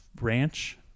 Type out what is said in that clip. ranch